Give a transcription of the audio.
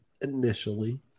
initially